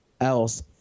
else